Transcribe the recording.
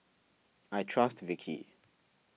I trust Vichy